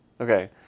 Okay